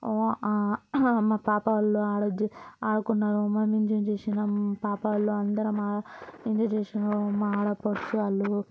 అ మా పాప వాళ్ళు అరవుద్ది ఆడుకున్నారు మనం ఎంజాయ్ చేసినాము పాప వాళ్ళందరూ ఎంజాయ్ చేసినాం మా ఆడపడుచు వాళ్లు